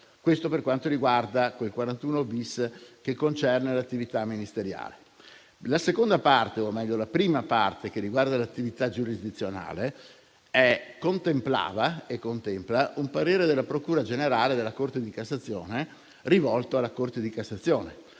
Questo per quanto riguarda quel 41-*bis* che concerne l'attività ministeriale. La seconda parte, o meglio la prima parte, che riguarda l'attività giurisdizionale, contemplava e contempla un parere della procura generale della Corte di cassazione rivolto alla Corte di cassazione.